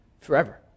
forever